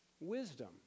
wisdom